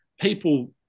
People